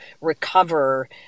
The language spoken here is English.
recover